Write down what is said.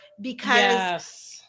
because-